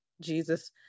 Jesus